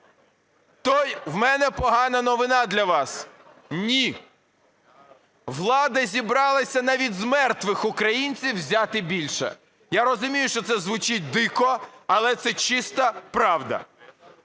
в мене погана новина для вас – ні. Влада зібралася навіть з мертвих українців взяти більше. Я розумію, що це звучить дико, але це чиста правда.